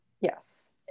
yes